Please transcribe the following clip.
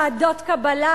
ועדות קבלה,